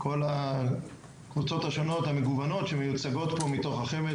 כל הקבוצות השונות המגוונות שמיוצגות פה מתוך החמ"ד,